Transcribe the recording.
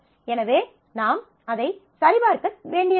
எனவே நாம் அதை சரிபார்க்க வேண்டியதில்லை